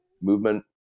movement